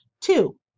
Two